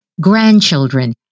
grandchildren